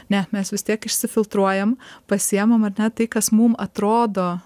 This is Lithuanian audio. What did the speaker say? ne mes vis tiek išsifiltruojam pasiimam ar ne tai kas mum atrodo